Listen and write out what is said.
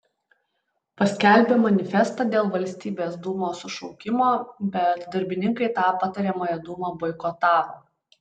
paskelbė manifestą dėl valstybės dūmos sušaukimo bet darbininkai tą patariamąją dūmą boikotavo